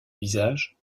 visage